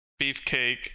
Beefcake